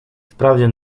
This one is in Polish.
wprawdzie